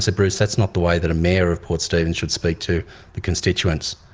so bruce, that's not the way that a mayor of port stephens should speak to constituents.